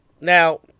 Now